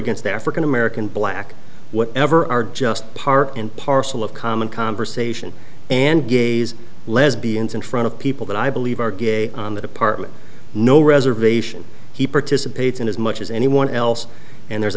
against african american black whatever are just part and parcel of common conversation and gays lesbians in front of people that i believe are gay on the department no reservation he participates in as much as anyone else and there's